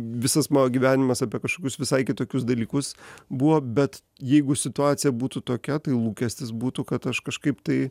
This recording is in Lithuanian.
visas mano gyvenimas apie kažkokius visai kitokius dalykus buvo bet jeigu situacija būtų tokia tai lūkestis būtų kad aš kažkaip tai